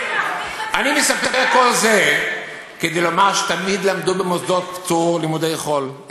אני מספר את כל זה כדי לומר שתמיד למדו במוסדות פטור לימודי חול.